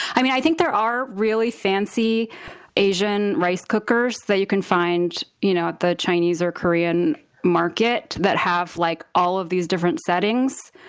i think there are really fancy asian rice cookers that you can find at you know the chinese or korean market that have like all of these different settings,